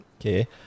Okay